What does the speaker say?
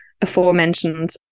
aforementioned